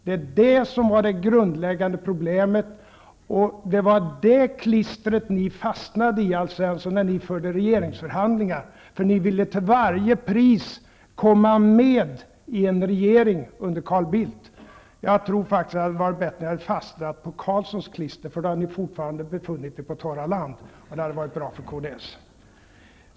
Det är detta som var det grundläggande problemet, och det var detta klister som ni fastnade i, Alf Svensson, när ni förde regeringsförhandlingar. Ni ville till varje pris komma med i en regering under Carl Bildt. Jag tror faktiskt att det hade varit bättre om ni hade fastnat i Carlssons klister. Då hade ni fortfarande befunnit er på torra land. Det hade varit bra för Kds.